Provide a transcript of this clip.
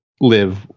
live